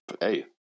hey